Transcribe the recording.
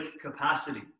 capacity